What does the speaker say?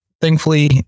thankfully